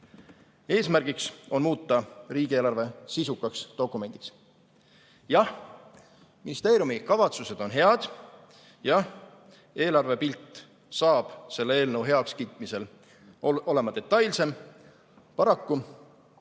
Eesmärk on muuta riigieelarve sisukaks dokumendiks. Jah, ministeeriumi kavatsused on head. Jah, eelarvepilt saab selle eelnõu heakskiitmisel olema detailsem. Paraku